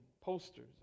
posters